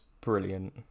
brilliant